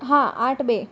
હા આઠ બે